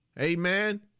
Amen